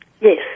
Yes